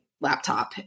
laptop